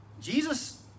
Jesus